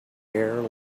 air